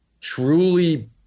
truly